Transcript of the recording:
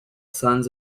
sons